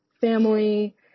family